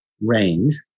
range